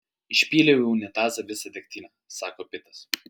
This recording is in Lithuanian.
išpyliau į unitazą visą degtinę sako pitas